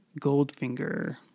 Goldfinger